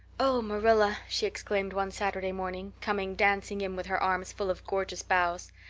oh, marilla, she exclaimed one saturday morning, coming dancing in with her arms full of gorgeous boughs,